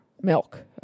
Milk